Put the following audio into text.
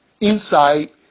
inside